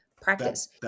Practice